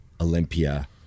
Olympia